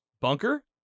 bunker